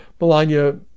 Melania